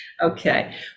okay